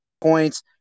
points